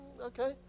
okay